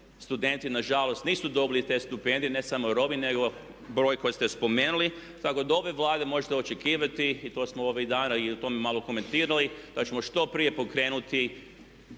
Studenti nažalost nisu dobili te stipendije, ne samo Romi nego broj koji ste spomenuli. Tako da od ove Vlade možete očekivati i to smo ovih dana i o tome malo komentirali da ćemo što prije pokrenuti